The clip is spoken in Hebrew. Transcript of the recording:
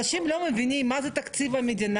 אנשים לא מבינים מה זה תקציב המדינה,